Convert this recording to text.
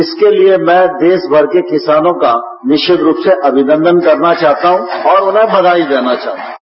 इसके लिए मैं देशभर के किसानों का निरिचत रूप से अभिनंदन करना चाहता हूं और उन्हें बधाई देना चाहता हूं